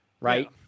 right